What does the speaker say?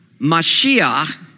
Mashiach